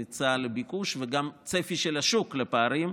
היצע לביקוש וגם צפי של השוק לפערים,